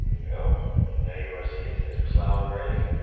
you know now you are see it says cloud ready